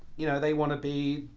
you know they wanna be,